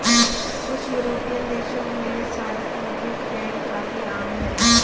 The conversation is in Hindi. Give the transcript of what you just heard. कुछ युरोपियन देशों में सार्वभौमिक बैंक काफी आम हैं